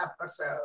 episode